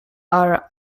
are